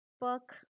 book